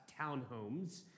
townhomes